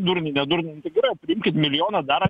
durniai nedurninkit priimkit milijoną dar